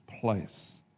place